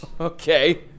okay